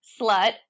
slut